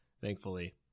thankfully